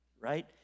Right